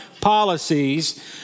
policies